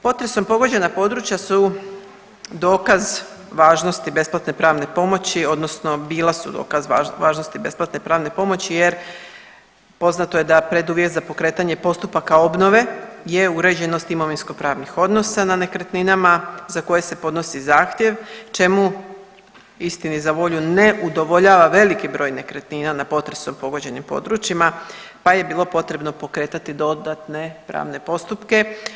Potresom pogođena područja su dokaz važnosti besplatne pravne pomoći odnosno bila su dokaz važnosti besplatne pravne pomoći jer poznato je da preduvjet za pokretanje postupaka obnove je uređenost imovinskopravnih odnosa na nekretninama za koje se podnosi zahtjev čemu istini za volju ne udovoljava veliki broj nekretnina na potresom pogođenim područjima, pa je bilo potrebno pokretati dodatne pravne postupke.